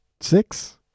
six